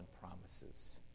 promises